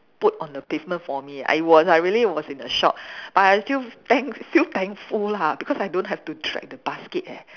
put on the pavement for me I was I really was in a shock but I still thanks feel thankful lah because I don't have to the drag the basket eh